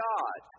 God